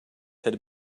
had